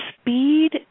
Speed